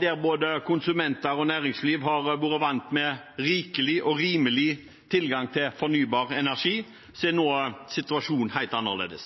Der både konsumenter og næringsliv har vært vant med rikelig og rimelig tilgang til fornybar energi, er situasjonen nå helt annerledes.